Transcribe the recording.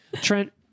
Trent